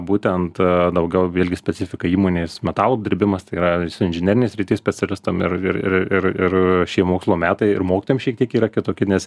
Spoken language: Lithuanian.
būtent daugiau vėlgi specifika įmonės metalo apdirbimas tai yra inžinerinės srities specialistam ir ir ir ir ir šie mokslo metai ir mokytojams šiek tiek yra kitoki nes